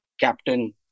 captain